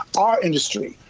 our industry,